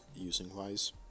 using-wise